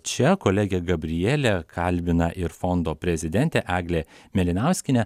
čia kolege gabrielė kalbina ir fondo prezidentę eglę mėlynauskienę